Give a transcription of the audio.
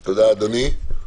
תודה, אדוני.